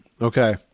Okay